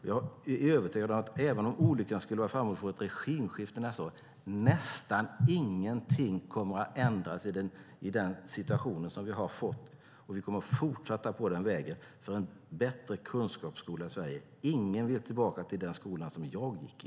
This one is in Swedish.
Jag är övertygad om att även om olyckan skulle vara framme och vi får ett regimskifte nästa år kommer nästan ingenting att ändras i den situation vi har fått. Vi kommer att fortsätta på den vägen, för en bättre kunskapsskola i Sverige. Ingen vill tillbaka till den skola jag gick i.